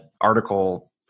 article